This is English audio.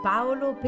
Paolo